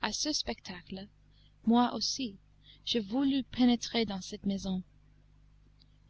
a ce spectacle moi aussi je voulus pénétrer dans cette maison